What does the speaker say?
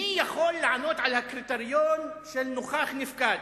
מי יכול לענות על הקריטריון של נוכח-נפקד,